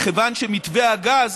מכיוון שמתווה הגז